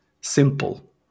simple